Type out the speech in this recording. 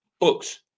books